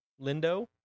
Lindo